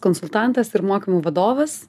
konsultantas ir mokymų vadovas